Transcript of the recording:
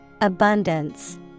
Abundance